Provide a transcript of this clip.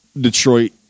Detroit